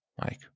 Mike